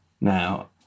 now